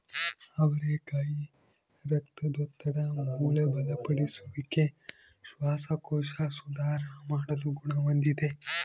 ಅವರೆಕಾಯಿ ರಕ್ತದೊತ್ತಡ, ಮೂಳೆ ಬಲಪಡಿಸುವಿಕೆ, ಶ್ವಾಸಕೋಶ ಸುಧಾರಣ ಮಾಡುವ ಗುಣ ಹೊಂದಿದೆ